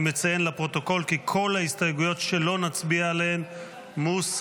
אני מציין לפרוטוקול כי כל ההסתייגויות שלא נצביע עליהן מוסרות.